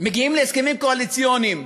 מגיעים להסכמים קואליציוניים,